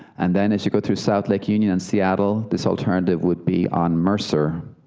and and as you go through south lake union in seattle, this alternative would be on mercer,